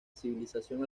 civilización